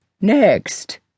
Next